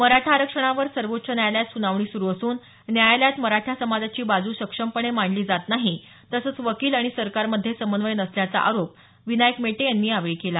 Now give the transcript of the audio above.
मराठा आरक्षणावर सर्वोच्च न्यायालयात सुनावणी सुरू असून न्यायालयात मराठा समाजाची बाजू सक्षमपणे मांडली जात नाही तसचं वकील आणि सरकारमध्ये समन्वय नसल्याचा आरोप विनायक मेटे यांनी यावेळी केला